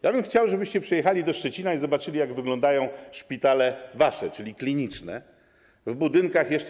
Ja bym chciał, żebyście przyjechali do Szczecina i zobaczyli, jak wyglądają szpitale wasze, czyli kliniczne, w budynkach jeszcze